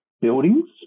buildings